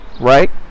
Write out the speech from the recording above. right